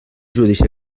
judici